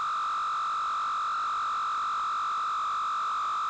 మామిడి చెట్లకు నీళ్లు ఎట్లా పెడితే మంచిది?